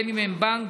בין שהם בנק,